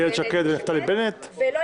איילת שקד ונפתלי בנט.